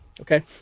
Okay